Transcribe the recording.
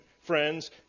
friends